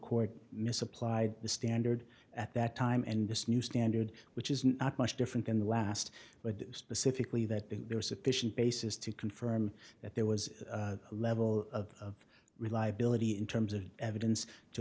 court misapplied the standard at that time and this new standard which is not much different than the last but specifically that there is sufficient basis to confirm that there was a level of reliability in terms of evidence to